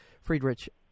Friedrich